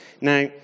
Now